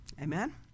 amen